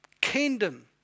Kingdom